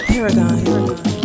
Paragon